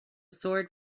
sword